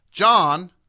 John